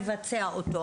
לבצע אותו.